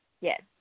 Yes